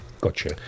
Gotcha